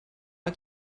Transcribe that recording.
pas